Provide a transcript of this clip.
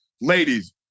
Ladies